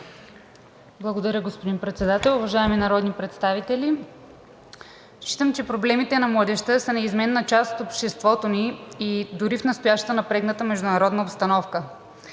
Благодаря, господин Председател. Уважаеми народни представител! Считам, че проблемите на младежта са неизменна част от обществото ни и дори в настоящата напрегната международна обстановка.